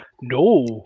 no